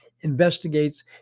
investigates